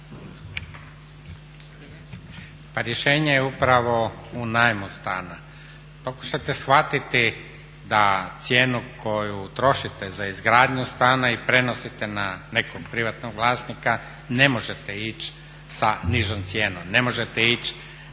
Pa rješenje je upravo u najmu stana. Pokušajte shvatiti da cijenu koju trošite za izgradnju stana i prenosite na nekog privatnog vlasnika ne možete ići sa nižom cijenom, ne možete ići